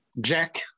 Jack